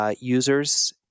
users